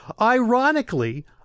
Ironically